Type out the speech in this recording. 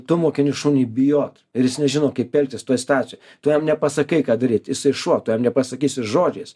tu mokini šunį bijot ir jis nežino kaip elgtis toj situacijoj tu jam nepasakai ką daryt jisai šuo tu jam nepasakysi žodžiais